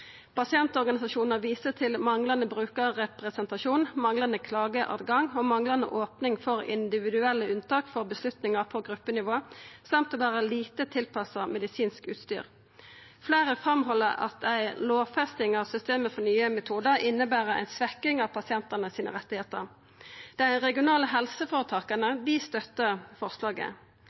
Pasientorganisasjonar viste til manglande brukarrepresentasjon, manglande klageåtgang og manglande opning for individuelle unntak for avgjerder på gruppenivå samt å vera lite tilpassa medisinsk utstyr. Fleire framheld at ei lovfesting av systemet for nye metodar inneber ei svekking av pasientane sine rettar. Dei regionale helseføretaka støttar forslaget.